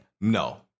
No